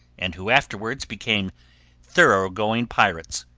and who afterwards became thorough-going pirates,